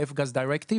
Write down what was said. ה-F-Gas regulation,